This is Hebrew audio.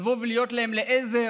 לבוא ולהיות להם לעזר.